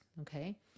okay